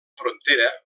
frontera